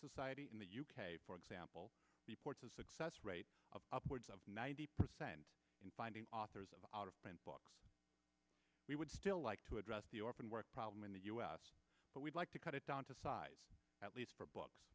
society in the u k for example reports a success rate of upwards of ninety percent in finding authors of out of print books we would still like to address the orphan work problem in the u s but we'd like to cut it down to size at least for books